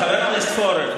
חבר הכנסת פורר,